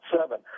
seven